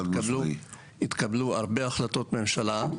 התקבלו הרבה החלטות ממשלה.